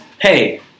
hey